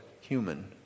human